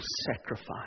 sacrifice